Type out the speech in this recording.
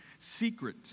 secret